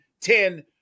ten